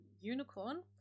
unicorn